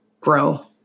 grow